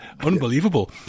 Unbelievable